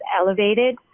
elevated